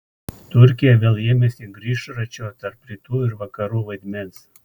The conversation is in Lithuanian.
turkija vėl ėmėsi grįžračio tarp rytų ir vakarų vaidmens